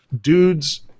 dudes